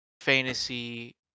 fantasy